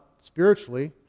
spiritually